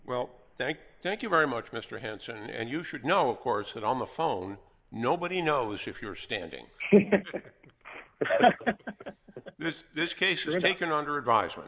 well thank you thank you very much mr hanson and you should know of course that on the phone nobody knows if you are standing in this case and taken under advisement